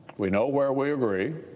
we know where we agree.